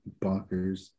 bonkers